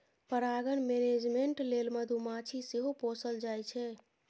परागण मेनेजमेन्ट लेल मधुमाछी सेहो पोसल जाइ छै